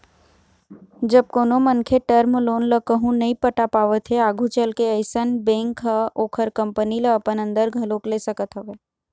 जब कोनो मनखे टर्म लोन ल कहूँ नइ पटा पावत हे आघू चलके अइसन बेंक ह ओखर कंपनी ल अपन अंदर घलोक ले सकत हवय